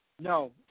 no